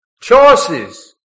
Choices